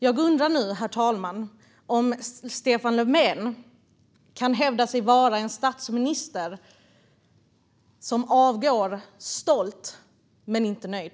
Jag undrar nu, herr talman, om Stefan Löfven kan hävda att han är en statsminister som avgår stolt men inte nöjd.